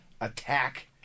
attack